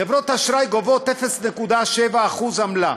חברות האשראי גובות 0.7% עמלה,